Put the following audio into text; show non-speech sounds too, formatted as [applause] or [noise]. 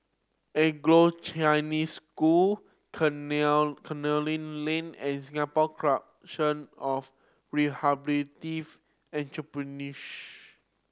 Anglo Chinese School [unintelligible] Canning Lane and Singapore Corporation of [unintelligible]